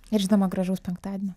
ir žinoma gražaus penktadienio